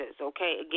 okay